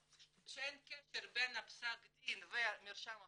שאין קשר בין פסק הדין ומרשם האוכלוסין,